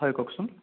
হয় কওকচোন